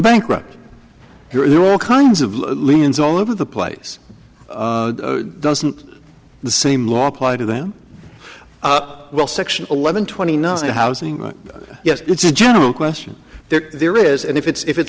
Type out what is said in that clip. bankrupt here all kinds of liens all over the place doesn't the same law apply to them well section eleven twenty nine housing yes it's a general question there is and if it's if it